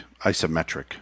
Isometric